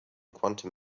quantum